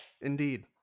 indeed